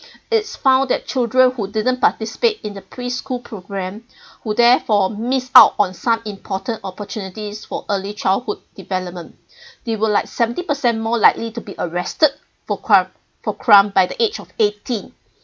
it's found that children who didn't participate in the preschool programme who therefore miss out on some important opportunities for early childhood development they will like seventy per cent more likely to be arrested for crime for crime by the age of eighteen